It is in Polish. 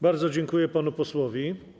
Bardzo dziękuję panu posłowi.